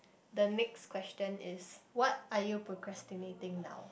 the next question is what are you procrastinating now